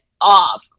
off